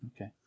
Okay